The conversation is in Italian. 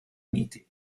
uniti